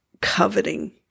coveting